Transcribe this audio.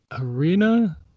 Arena